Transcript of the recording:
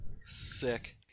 Sick